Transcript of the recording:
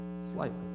slightly